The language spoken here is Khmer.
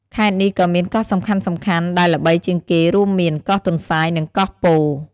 ខេត្តនេះក៏មានកោះសំខាន់ៗដែលល្បីជាងគេរួមមាន កោះទន្សាយ នឹង កោះពោធិ៍។